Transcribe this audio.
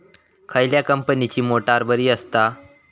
खयल्या कंपनीची मोटार बरी असता?